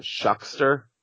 Shuckster